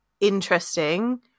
interesting